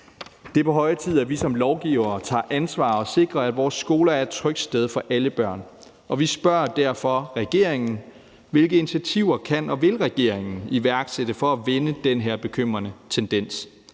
Det er på høje tid, at vi som lovgivere tager ansvar og sikrer, at vores skoler er et trygt sted for alle børn, og vi spørger derfor regeringen, hvilke initiativer regeringen kan og vil iværksætte for at vende den her bekymrende tendens,